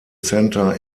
centre